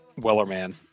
Wellerman